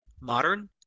modern